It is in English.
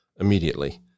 immediately